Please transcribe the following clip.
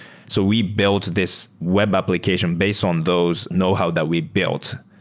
so we built this web application based on those know-how that we built.